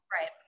Right